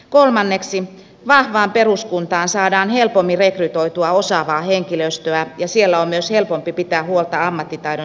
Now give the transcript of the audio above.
kolmanneksi vahvaan peruskuntaan saadaan helpommin rekrytoitua osaavaa henkilöstöä ja siellä on myös helpompi pitää huolta ammattitaidon säilyttämisestä